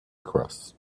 across